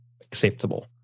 acceptable